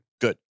Good